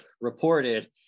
reported